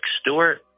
Stewart